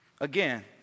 Again